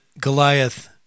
Goliath